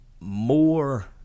more